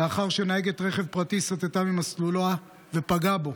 לאחר שנהגת רכב פרטי סטתה ממסלולה ופגעה בו.